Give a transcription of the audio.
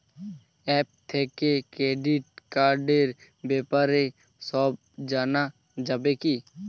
App থেকে credit কার্ডর ব্যাপারে সব জানা যাবে কি?